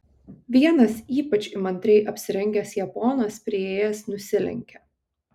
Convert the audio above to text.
vienas ypač įmantriai apsirengęs japonas priėjęs nusilenkė